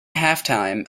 halftime